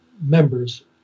members